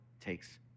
takes